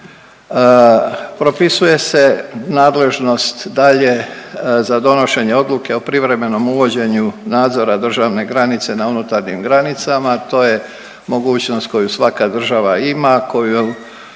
Propisuje se nadležnost dalje za donošenje odluke o privremenom uvođenju nadzora državne granice na unutarnjim granicama. To je mogućnost koju svaka država ima, koju